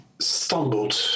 stumbled